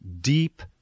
deep